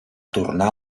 tornar